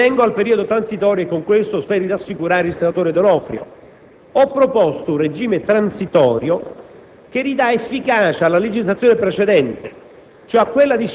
nella semplice esecuzione delle disposizioni del capo. Vengo al periodo transitorio, e con questo spero di rassicurare il senatore D'Onofrio. Ho proposto un regime transitorio